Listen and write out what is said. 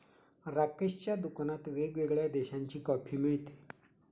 राकेशच्या दुकानात वेगवेगळ्या देशांची कॉफी मिळते